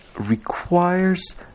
requires